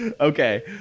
Okay